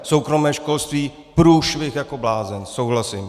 Soukromé školství průšvih jako blázen, souhlasím.